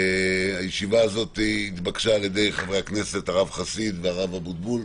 הישיבה הזאת התבקשה על ידי חברי הכנסת הרב חסיד והרב אבוטבול.